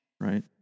Right